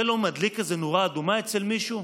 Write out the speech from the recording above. זה לא מדליק איזו נורה אדומה אצל מישהו?